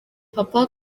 papa